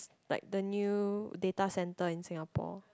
like the new data centre in Singapore